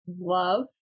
love